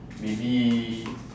maybe